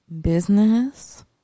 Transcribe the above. business